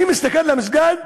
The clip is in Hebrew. אני מסתכל על המסגד,